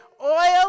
Oil